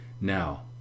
Now